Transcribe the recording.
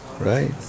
right